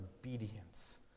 obedience